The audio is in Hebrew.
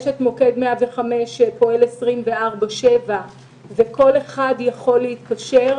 יש את מוקד 105 שפועל 24/7 וכל אחד יכול להתקשר,